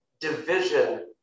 division